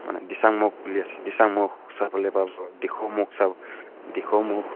মানে দিচাংমুখ বুলি আছে দিচাংমুখ চাবলৈ পাব ডিখৌ মুখ চাব ডিখৌ মুখ